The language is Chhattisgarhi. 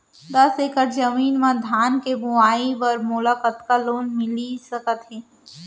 दस एकड़ जमीन मा धान के बुआई बर मोला कतका लोन मिलिस सकत हे?